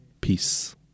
peace